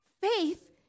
Faith